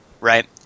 right